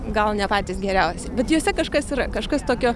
gal ne patys geriausi bet juose kažkas yra kažkas tokio